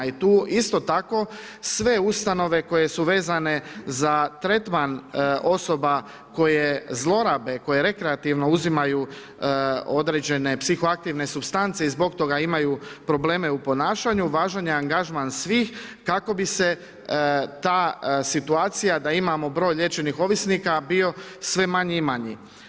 I tu isto tako sve ustanove koje su vezene za tretman osoba koje zlorabe, koje rekreativno uzimaju određene psiho aktivne supstance i zbog toga imaju probleme u ponašanju važan je angažman svih kako bi se ta situacija da imamo broj liječenih ovisnika bio sve manji i manji.